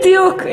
בדיוק,